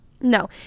No